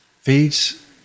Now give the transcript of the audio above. Feeds